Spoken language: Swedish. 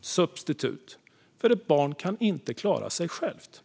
substitut - för ett barn kan inte klara sig självt.